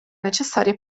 necessarie